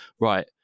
right